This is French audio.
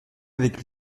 avec